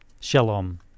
shalom